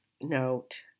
note